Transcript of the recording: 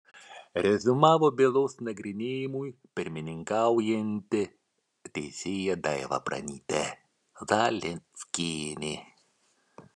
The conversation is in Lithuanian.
reziumavo bylos nagrinėjimui pirmininkaujanti teisėja daiva pranytė zalieckienė